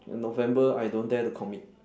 november I don't dare to commit